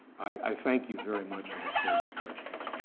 i thank you very much and look forward to your questions.